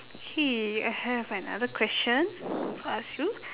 okay I have another question to ask you